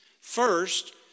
First